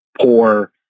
poor